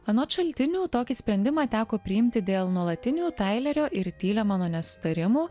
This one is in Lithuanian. anot šaltinių tokį sprendimą teko priimti dėl nuolatinių tailerio ir tylemano nesutarimų